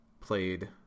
played